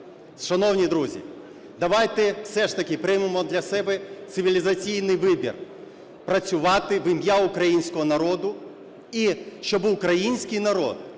Шановні друзі, давайте все ж таки приймемо для себе цивілізаційний вибір: працювати в ім'я українського народу і щоб український народ